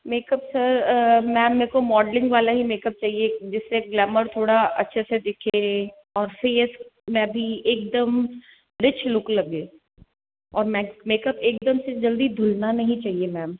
makeup sir ma'am मेरे को modelling वाला ही मेकअप चाहिए जिससे ग्लैमर थोड़ा अच्छे से दिखे और फेस में भी एकदम रिच लुक लगे और मेक मेकअप एकदम जल्दी धुलना नहीं चाहिए मैम